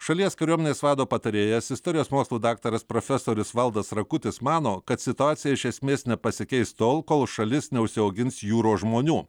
šalies kariuomenės vado patarėjas istorijos mokslų daktaras profesorius valdas rakutis mano kad situacija iš esmės nepasikeis tol kol šalis neužsiaugins jūros žmonių